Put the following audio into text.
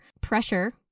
pressure